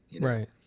Right